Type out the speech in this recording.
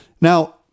Now